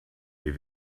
wir